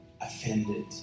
offended